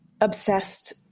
obsessed